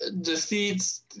defeats